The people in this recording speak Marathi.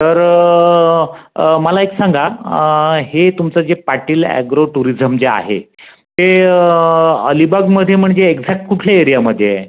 तर मला एक सांगा हे तुमचं जे पाटील ॲग्रो टुरिझम जे आहे ते अलिबागमध्ये म्हणजे एक्झॅक्ट कुठल्या एरियामध्ये आहे